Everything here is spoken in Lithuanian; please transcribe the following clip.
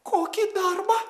kokį darbą